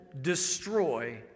destroy